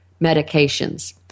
medications